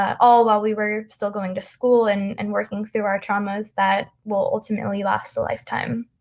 all while we were still going to school and and working through our traumas that will ultimately last a lifetime.